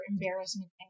embarrassment